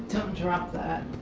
drop that.